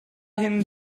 hin